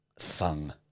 Thung